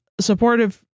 supportive